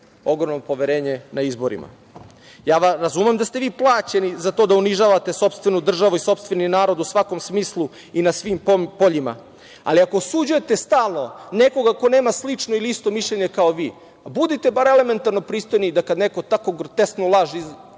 ogromno poverenje na izborima. Razumem da ste vi plaćeni za to da unižavate sopstvenu državu i sopstveni narod u svakom smislu i na svim poljima, ali ako osuđujete stalno nekoga ko nema slično ili isto mišljenje kao vi, budite barem elementarno pristojni da kada neko tako grotesnu laž